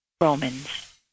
Romans